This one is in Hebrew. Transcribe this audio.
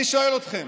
אני שואל אתכם,